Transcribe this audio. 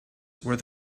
where